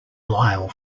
lyle